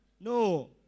No